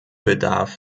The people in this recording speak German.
bedarf